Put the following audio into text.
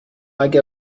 اگر